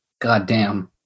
goddamn